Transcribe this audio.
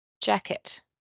Jacket